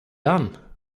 done